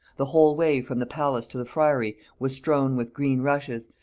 the whole way from the palace to the friery was strown with green rushes,